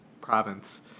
province